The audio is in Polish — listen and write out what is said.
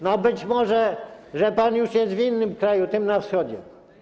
No być może pan już jest w innym kraju, tym na wschodzie.